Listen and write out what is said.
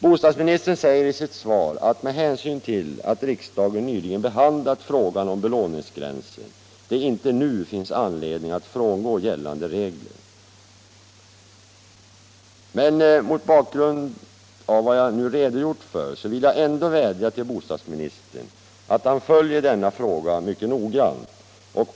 Bostadsministern säger i sitt svar att med hänsyn till att riksdagen nyligen behandlat frågan om belåningsgränsen det inte nu finns anledning att frångå gällande regler. Men mot bakgrund av vad jag nu redogjort för vill jag ändå vädja till bostadsministern att han följer denna fråga mycket noga.